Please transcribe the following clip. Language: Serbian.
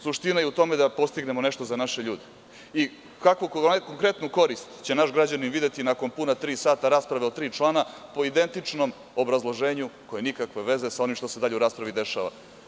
Suština je u tome da postignemo nešto za naše ljude i kakvu konkretnu korist će naši građani videti nakon puna tri sata rasprave o tri člana po identičnom obrazloženju koje nikakve veze nema sa onim šta se dalje u raspravi dešava.